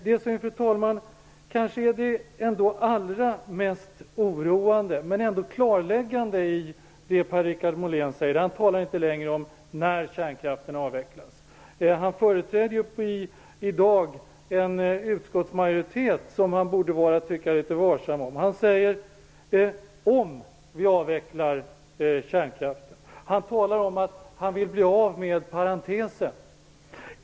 Det som kanske är det allra mest oroande, men ändå klarläggande, i det Per-Richard Molén säger är att han inte längre talar om ''när'' kärnkraften avvecklas. Han företräder en utskottsmajoritet som han borde vara litet varsam om. Han säger: ''om'' vi avvecklar kärnkraften. Han talar om att han vill bli av med parentesen.